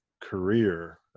career